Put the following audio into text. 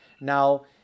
Now